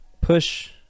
push